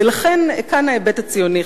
ולכן כאן ההיבט הציוני,